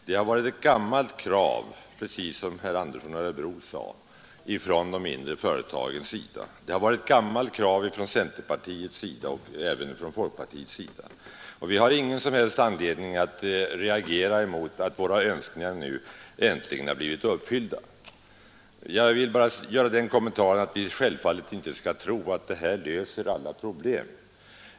Detta har, som herr Andersson i Örebro sade, varit ett gammalt krav från de mindre företagen. Det har även varit ett gammalt krav både från folkpartiet och från centerpartiet, och vi har ingen som helst anledning att reagera mot att våra önskningar nu äntligen har blivit uppfyllda. Jag vill bara göra den kommentaren att vi självfallet inte skall tro att det nya kreditaktiebolaget löser alla problem.